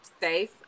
safe